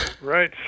Right